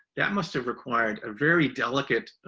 that must've required a very delicate,